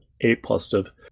A-positive